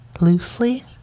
loosely